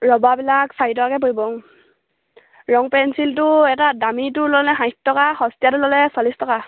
ৰবাৰবিলাক চাৰি টকাকৈ পৰিব ৰং পেঞ্চিলটো এটা দামীটো ল'লে ষাঠি টকা সস্তীয়াটো ল'লে চল্লিছ টকা